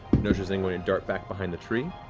noja's then going to dart back behind the tree.